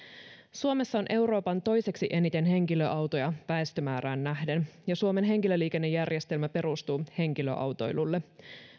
suomessa on euroopan toiseksi eniten henkilöautoja väestömäärään nähden ja suomen henkilöliikennejärjestelmä perustuu henkilöautoilulle